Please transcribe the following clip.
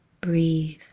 Breathe